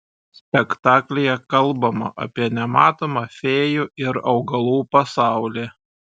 spektaklyje kalbama apie nematomą fėjų ir augalų pasaulį